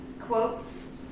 quotes